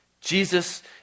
Jesus